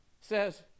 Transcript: says